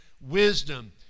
wisdom